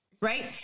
right